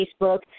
Facebook